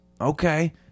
Okay